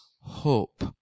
hope